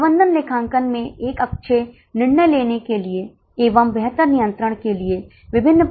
अब उसी प्रकार की गणना कृपया 120 छात्रों के लिए बनाएं